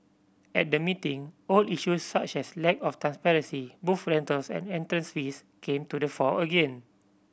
at the meeting old issues such as lack of transparency booth rentals and entrance fees came to the fore again